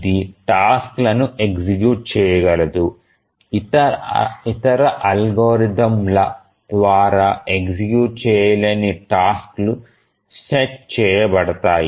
ఇది టాస్క్లను ఎగ్జిక్యూట్ చేయగలదు ఇతర అల్గోరిథంల ద్వారా ఎగ్జిక్యూట్ చేయలేని టాస్క్లు సెట్ చేయబడతాయి